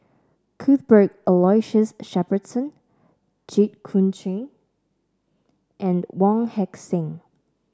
Cuthbert Aloysius Shepherdson Jit Koon Ch'ng and Wong Heck Sing